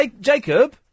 Jacob